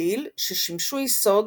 ובדיל ששימשו יסוד